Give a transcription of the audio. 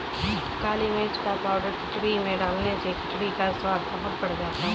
काली मिर्च का पाउडर खिचड़ी में डालने से खिचड़ी का स्वाद बहुत बढ़ जाता है